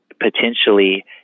potentially